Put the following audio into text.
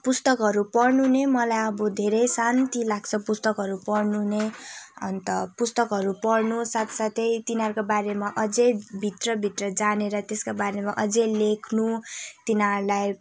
पुस्तकहरू पढ्नु नै मलाई अब धेरै शान्ति लाग्छ पुस्तकहरू पढ्नु नै अन्त पुस्तकहरू पढ्नु साथसाथै तिनीहरूको बारेमा अझै भित्र भित्र जानेर त्यसका बारेमा अझै लेख्नु तिनीहरूलाई